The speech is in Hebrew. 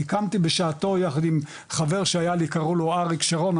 הקמתי בשעתו יחד עם חבר שהיה לי קראו לו אריק שרון,